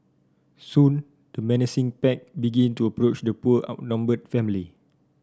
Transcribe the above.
soon the menacing pack begin to approach the poor outnumbered family